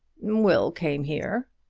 will came here.